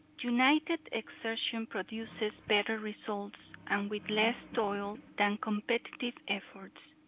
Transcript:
united exertion produces better results and with less toil than competitive efforts.